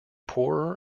poorer